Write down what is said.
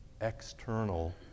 external